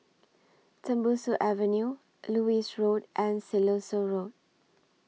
Tembusu Avenue Lewis Road and Siloso Road